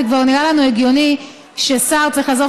זה כבר נראה לנו הגיוני ששר צריך לעזוב